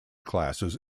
classes